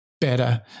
better